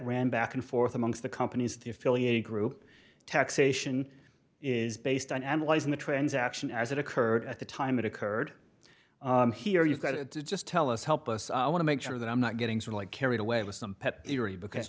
ran back and forth amongst the companies the affiliated group taxation is based on analyzing the transaction as it occurred at the time it occurred here you've got to just tell us help us i want to make sure that i'm not getting carried away with some pet theory because